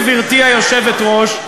גברתי היושבת-ראש,